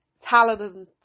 talented